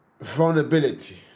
vulnerability